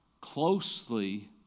closely